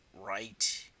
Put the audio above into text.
right